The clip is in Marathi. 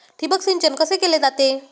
ठिबक सिंचन कसे केले जाते?